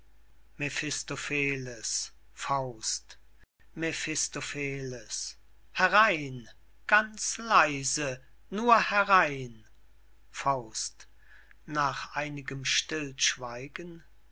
mephistopheles faust mephistopheles herein ganz leise nur herein faust nach einigem stillschweigen